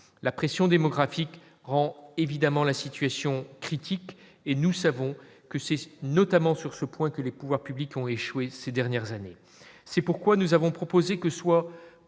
la pression démographique rend évidemment la situation critique et nous savons que c'est notamment sur ce point que les pouvoirs publics ont échoué ces dernières années, c'est pourquoi nous avons proposé que soit